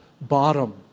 bottom